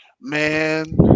Man